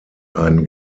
ein